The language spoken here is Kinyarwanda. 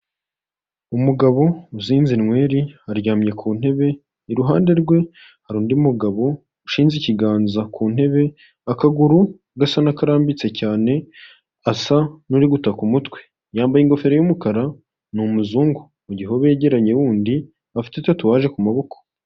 Umugabo uzinze nyweri aryamye ku ntebe, iruhande rwe hari undi mugabo ushinze ikiganza ku ntebe, akaguru gasa n'akarambitse cyane asa n'uri gutaka umutwe, yambaye ingofero y'umukara ni umuzungu, mu gihe uwo yegeranye wundi afiteta tatuwaje ku maboko.